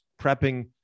prepping